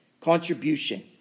contribution